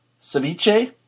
ceviche